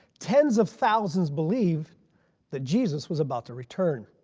tens of thousands believed that jesus was about to return.